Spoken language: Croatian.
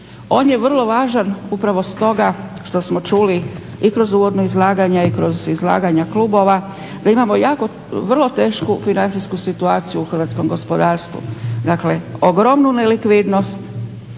On je vrlo važan upravo stoga što smo čuli i kroz uvodno izlaganje i kroz izlaganja klubova da imamo vrlo tešku financijsku situaciju u hrvatskom gospodarstvu. Dakle, ogromnu nelikvidnost,